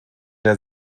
der